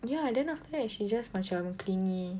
ya and then after that she just macam clingy